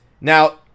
Now